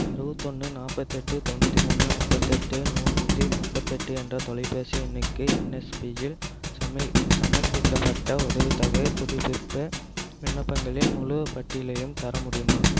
அறுவத்தொன்று நாற்பத்தெட்டு தொண்ணூற்றி மூணு ஐம்பத்தெட்டு நூற்றி முப்பத்தெட்டு என்ற தொலைபேசி எண்ணுக்கு என்எஸ்பியில் சமை சமர்ப்பிக்கப்பட்ட உதவித்தொகைப் புதுப்பிப்பு விண்ணப்பங்களின் முழுப் பட்டியலையும் தர முடியுமா